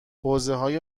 حوزههای